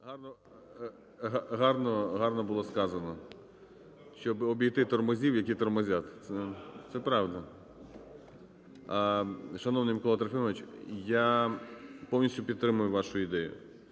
Гарно було сказано: "щоб обійти "тормозів", які тормозять", – це правильно. Шановний Миколо Трохимовичу, я повністю підтримую вашу ідею.